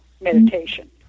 meditation